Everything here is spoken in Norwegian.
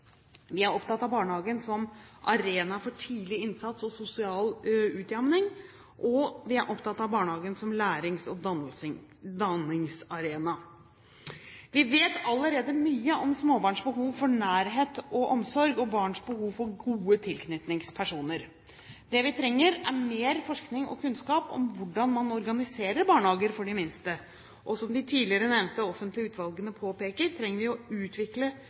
Vi er opptatt av barnehagen som arena for tidlig innsats og sosial utjevning, og vi er opptatt av barnehagen som lærings- og danningsarena. Vi vet allerede mye om små barns behov for nærhet og omsorg, og barns behov for gode tilknytningspersoner. Det vi trenger, er mer forskning og kunnskap om hvordan man organiserer barnehager for de minste, og som de tidligere nevnte offentlige utvalgene påpeker, trenger vi å utvikle